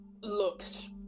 looks